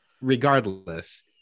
regardless